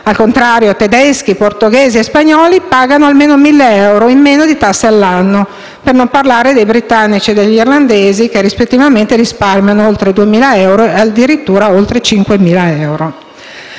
Al contrario, tedeschi, portoghesi e spagnoli pagano almeno 1.000 euro in meno di tasse all'anno. Per non parlare dei britannici e degli irlandesi che, rispettivamente, risparmiano oltre 2.000 euro e, addirittura, oltre 5.000 euro.